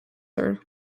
her